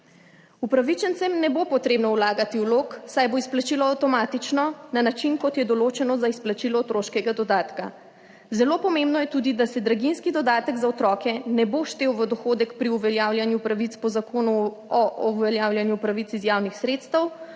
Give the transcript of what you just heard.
Upravičencem ne bo treba vlagati vlog, saj bo izplačilo avtomatično na način, kot je določeno za izplačilo otroškega dodatka. Zelo pomembno je tudi, da se draginjski dodatek za otroke ne bo štel v dohodek pri uveljavljanju pravic po Zakonu o uveljavljanju pravic iz javnih sredstev,